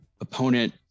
opponent